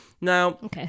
Now